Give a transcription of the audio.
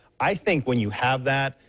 i think when you have that,